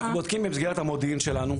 אנחנו בודקים במסגרת המודיעין שלנו,